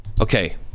Okay